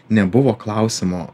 nebuvo klausimo